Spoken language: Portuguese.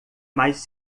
mais